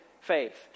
faith